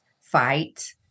fight